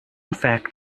fact